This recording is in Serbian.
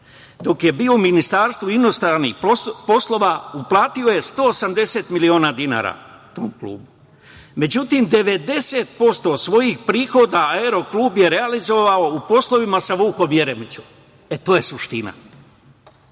dok je bio u Ministarstvu inostranih poslova, uplatio 180 miliona dinara tom klubu. Međutim, 90% svojih prihoda „Aeroklub Beograd“ je realizovao u poslovima sa Vukom Jeremićem. To je